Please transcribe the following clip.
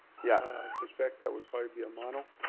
yeah. i suspect that would probably be a mono.